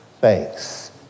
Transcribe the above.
thanks